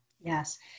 Yes